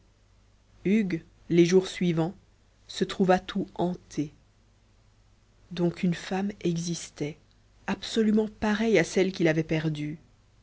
hugues les jours suivants se trouva tout hanté donc une femme existait absolument pareille à celle qu'il avait perdue